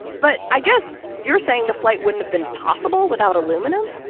but i guess you're saying the flight wouldn't have been possible without aluminum?